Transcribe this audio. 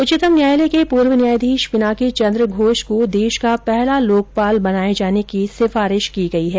उच्चतम न्यायालय के पूर्व न्यायाधीश पिनाकी चंद्र घोष को देश का पहला लोकपाल बनाये जाने की सिफारिश की गई हैं